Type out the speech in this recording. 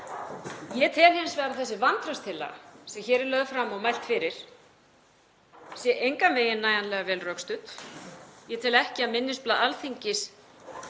Ég tel hins vegar að þessi vantrauststillaga sem hér er lögð fram og mælt fyrir sé engan veginn nægjanlega vel rökstudd. Ég tel ekki að minnisblað Alþingis